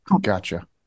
gotcha